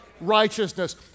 righteousness